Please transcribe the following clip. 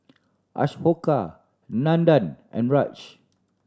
Ashoka Nandan and Raj